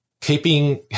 keeping